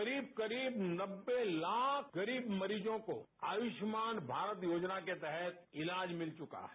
करीब करीब नब्बे लाख गरीबों को आयुष्मान भारत योजना के तहत इलाज मिल चुका है